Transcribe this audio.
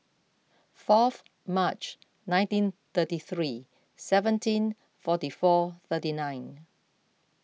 fourth March nineteen thirty three seventeen forty four thirty nine